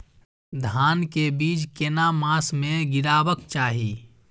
धान के बीज केना मास में गीरावक चाही?